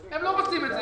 הם לא רוצים את זה.